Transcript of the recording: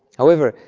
however,